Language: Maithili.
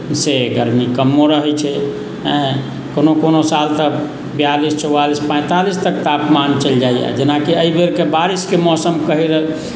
से गर्मी कमो रहैत छै हँ कोनो कोनो साल तऽ बियालीस चौवालीस पैतालीस तक तापमान चलि जाइया जेनाकि एहिबेरके बारिशके मौशम कही रही